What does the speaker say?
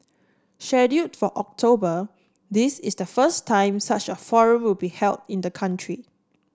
scheduled for October this is the first time such a forum will be held in the country